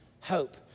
hope